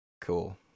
Cool